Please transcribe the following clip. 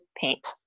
paint